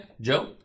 joe